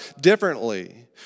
differently